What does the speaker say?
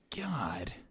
God